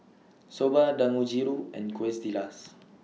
Soba Dangojiru and Quesadillas